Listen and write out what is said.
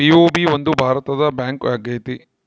BOB ಒಂದು ಭಾರತದ bank ಆಗೈತೆ